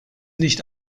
nicht